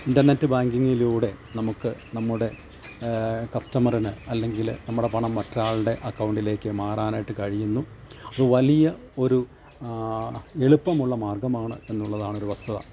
internet ബാങ്കിങ്ങിലൂടെ നമുക്ക് നമ്മുടെ കസ്റ്റമറിന് അല്ലെങ്കിൽ നമ്മുടെ പണം മറ്റൊരാളുടെ അക്കൗണ്ടിലേക്ക് മാറാനായിട്ട് കഴിയുന്നു ഒരു വലിയ ഒരു എളുപ്പമുള്ള മാർഗ്ഗമാണ് എന്നുള്ളത് ആണൊരു വസ്തുത